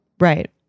Right